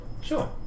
Sure